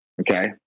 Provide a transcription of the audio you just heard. Okay